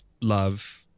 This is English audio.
love